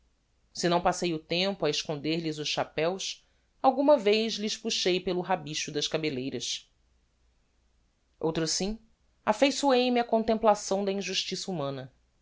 se não passei o tempo a esconder lhes os chapéos alguma vez lhes puxei pelo rabicho das cabelleiras outrosim affeiçoei me á contemplação da injustiça humana